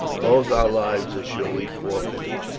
both our lives are surely forfeited.